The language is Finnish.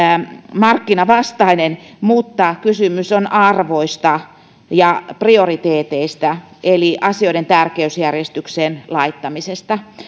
markkinavastainen mutta kysymys on arvoista ja prioriteeteista eli asioiden tärkeysjärjestykseen laittamisesta